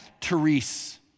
Therese